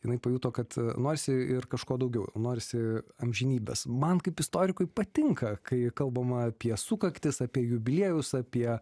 jinai pajuto kad norisi ir kažko daugiau norisi amžinybės man kaip istorikui patinka kai kalbama apie sukaktis apie jubiliejus apie